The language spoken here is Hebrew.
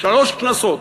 שלוש כנסות,